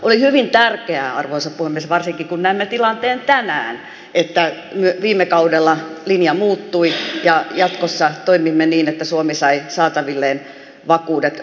oli hyvin tärkeää arvoisa puhemies varsinkin kun näemme tilanteen tänään että viime kaudella linja muuttui ja jatkossa toimimme niin että suomi sai saatavilleen vakuudet